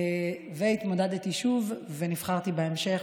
התמודדתי שוב ונבחרתי בהמשך,